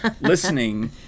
listening